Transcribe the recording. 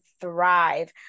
thrive